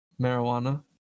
Marijuana